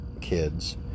kids